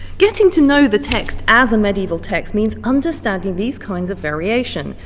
getting to know the text as a medieval text means understanding these kinds of variation,